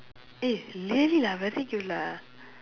eh really lah very cute lah